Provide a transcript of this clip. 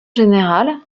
générale